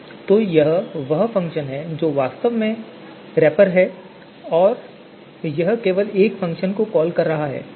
तो यह वह फ़ंक्शन है जो वास्तव में रैपर है और यह केवल एक फ़ंक्शन को कॉल कर रहा है